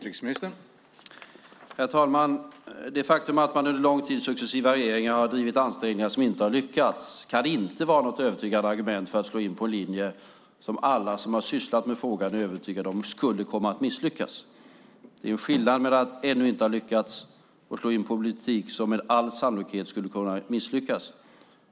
Herr talman! Det faktum att successiva regeringar under lång tid har gjort ansträngningar som inte har lyckats kan inte vara något övertygande argument för att slå in på en linje som alla som har sysslat med frågan är övertygade om skulle komma att misslyckas. Det är skillnad mellan att ännu inte ha lyckats och att slå in på en politik som med all sannolikhet skulle komma att misslyckas.